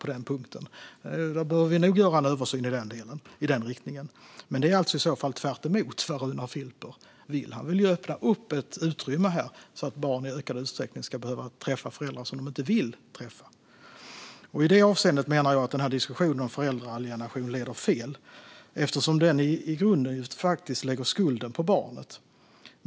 Vi behöver nog göra en översyn i den riktningen, men det är i så fall tvärtemot vad Runar Filper vill. Han vill öppna ett utrymme så att barn i ökad utsträckning ska behöva träffa föräldrar de inte vill träffa. I det avseendet menar jag att diskussionen om föräldraalienation leder fel. Den lägger i grunden skulden på barnet.